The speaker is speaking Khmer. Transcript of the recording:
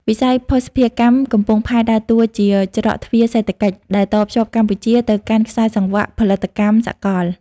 វិស័យភស្តុភារកម្មកំពង់ផែដើរតួជា "ច្រកទ្វារសេដ្ឋកិច្ច" ដែលតភ្ជាប់កម្ពុជាទៅកាន់ខ្សែសង្វាក់ផលិតកម្មសកល។